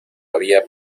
había